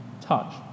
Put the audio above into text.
touch